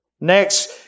Next